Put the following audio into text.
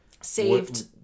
saved